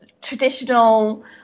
traditional